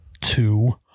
two